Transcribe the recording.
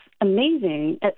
amazing